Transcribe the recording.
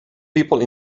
people